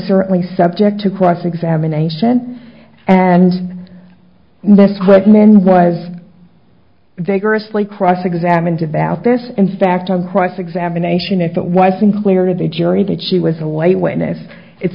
certainly subject to cross examination and that's what men was they grossly cross examined about this in fact on cross examination if it was unclear to the jury that she was a late witness it